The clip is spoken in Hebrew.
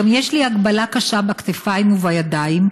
גם יש לי הגבלה קשה בכתפיים ובידיים,